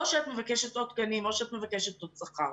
או שאת מבקשת עוד תקנים או שאת מבקשת עוד שכר.